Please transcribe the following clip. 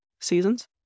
seasons